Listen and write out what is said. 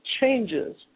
changes